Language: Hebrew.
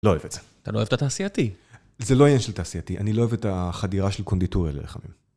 לא אוהב את זה. אתה לא אוהב את התעשייתי. זה לא העניין של תעשייתי, אני לא אוהב את החדירה של קונדיטוריה לרחבים.